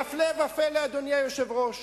והפלא ופלא, אדוני היושב-ראש,